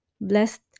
Blessed